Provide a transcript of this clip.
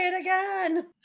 again